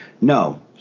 No